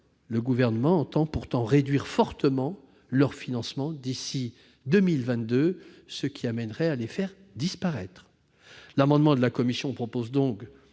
Le Gouvernement entend pourtant réduire fortement leur financement d'ici à 2022, ce qui conduirait à leur disparition. L'amendement de la commission vise donc